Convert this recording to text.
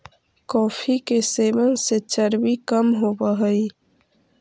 coffee के सेवन से चर्बी कम होब हई